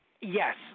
Yes